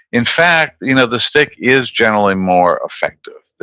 in fact, you know the stick is generally more effective.